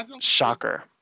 Shocker